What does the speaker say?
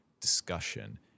discussion